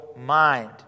mind